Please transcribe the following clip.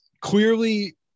clearly